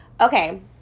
Okay